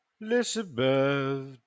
Elizabeth